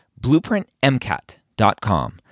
BlueprintMCAT.com